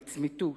לצמיתות.